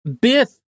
Biff